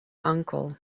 uncle